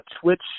Twitch